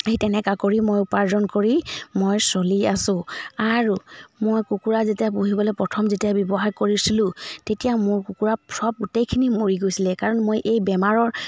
সেই তেনেকুৱা কৰি মই উপাৰ্জন কৰি মই চলি আছো আৰু মই কুকুৰা যেতিয়া পুহিবলৈ প্ৰথম যেতিয়া ব্যৱসায় কৰিছিলোঁ তেতিয়া মোৰ কুকুৰা চব গোটেইখিনি মৰি গৈছিলে কাৰণ মই এই বেমাৰৰ